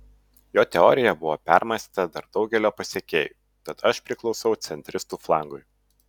jo teorija buvo permąstyta dar daugelio pasekėjų tad aš priklausau centristų flangui